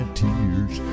tears